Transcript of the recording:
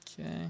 Okay